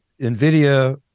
NVIDIA